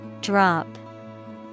Drop